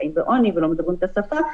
חיים בעוני ולא מדברים את השפה,